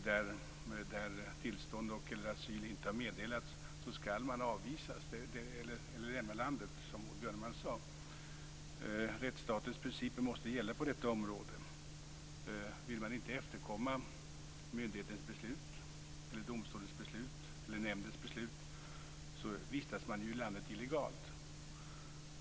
Där tillstånd eller asyl inte har meddelats skall man avvisas eller lämna landet, som Maud Björnemalm sade. Rättsstatens principer måste gälla på detta område. Vill man inte efterkomma myndighetens, domstolens eller nämndens beslut vistas man i landet illegalt.